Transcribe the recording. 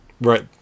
Right